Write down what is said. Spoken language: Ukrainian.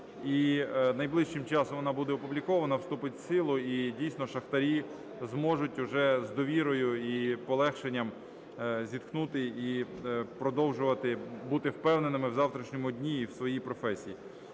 і найближчим часом вона буде опублікована, вступить в силу. І, дійсно, шахтарі зможуть уже з довірою і полегшенням зітхнути і продовжувати бути впевненими в завтрашньому дні і в своїй професії.